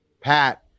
Pat